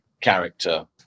character